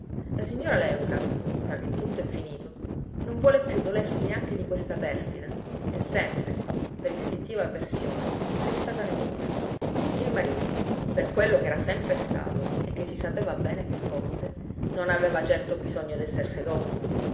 la signora léuca ora che tutto è finito non vuole più dolersi neanche di questa perfida che sempre per istintiva avversione le è stata nemica il marito per quello ch'era sempre stato e che si sapeva bene che fosse non aveva certo bisogno d'esser sedotto